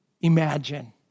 imagine